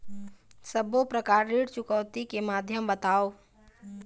सब्बो प्रकार ऋण चुकौती के माध्यम बताव?